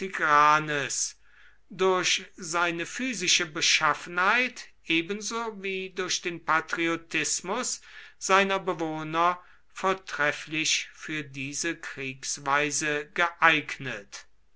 durch seine physische beschaffenheit ebenso wie durch den patriotismus seiner bewohner vortrefflich für diese kriegsweise geeignet